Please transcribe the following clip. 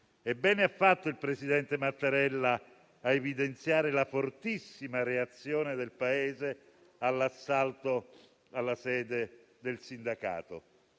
Bene ha fatto il presidente Mattarella a evidenziare la fortissima reazione del Paese all'assalto alla sede del sindacato.